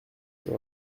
sur